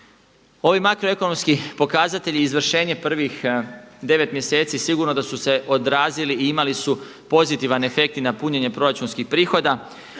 Ovi makroekonomski pokazatelji izvršenje prvih 9 mjeseci sigurno da su se odrazili i imali su pozitivan afekt i na punjenje proračunskih prihoda.